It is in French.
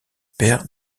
père